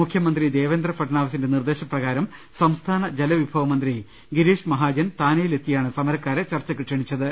മുഖ്യമന്ത്രി ദേവേന്ദ്രി ഫട്നാവിസിന്റെ നിർദ്ദേശപ്രകാരം സംസ്ഥാന ജലവിഭവ മന്ത്രി ഗിരീഷ് മഹാജൻ താനെയിൽ എത്തിയാണ് സമരക്കാരെ ചർച്ചയ്ക്ക് ക്ഷണിച്ചത്